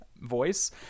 voice